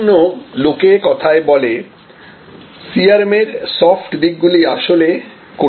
সেজন্য লোকে কথায় বলে CRM এর সফট দিকগুলি আসলে কঠিন